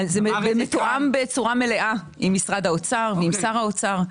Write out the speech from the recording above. זה מתואם לגמרי עם משרד האומר ושר האוצר.